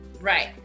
Right